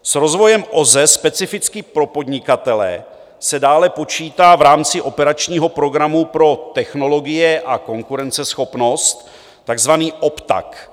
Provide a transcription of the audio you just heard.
S rozvojem OZE specificky pro podnikatele se dále počítá v rámci Operačního programu pro technologie a konkurenceschopnost, takzvaný OPTAK.